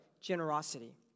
Generosity